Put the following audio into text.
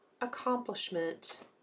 accomplishment